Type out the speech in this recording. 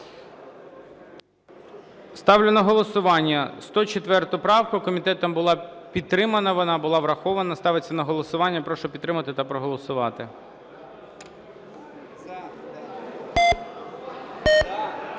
Ставлю на голосування 104 правку. Комітетом була підтримана, вона була врахована. Ставиться на голосування. Прошу підтримати та проголосувати.